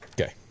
Okay